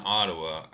Ottawa